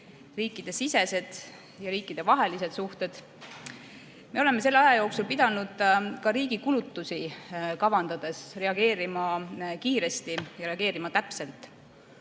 riikidesisesed ja riikidevahelised suhted. Me oleme selle aja jooksul pidanud ka riigi kulutusi kavandades reageerima kiiresti ja täpselt,